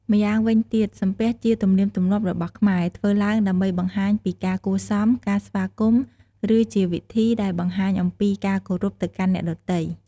ម៉្យាងវិញទៀតសំពះជាទំនៀមទម្លាប់របស់ខ្មែរ ធ្វើឡើងដើម្បីបង្ហាញពីការគួរសម ការស្វាគមន៍ ឬជាវិធីដែលបង្ហាញអំពីការគោរពទៅកាន់អ្នកដ៏ទៃ។